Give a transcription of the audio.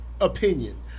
opinion